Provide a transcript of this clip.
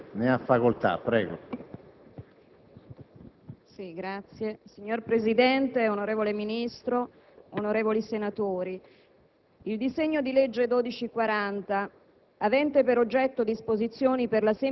Signor Presidente, onorevole Ministro, onorevoli senatori,